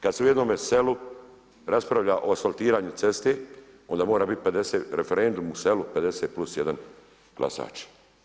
Kada se u jednom selu raspravlja o asfaltiranju ceste onda mora biti referendum u selu 50+1 glasač.